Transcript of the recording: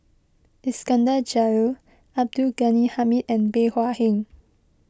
Iskandar Jalil Abdul Ghani Hamid and Bey Hua Heng